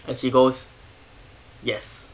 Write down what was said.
and she goes yes